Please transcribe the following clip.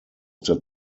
der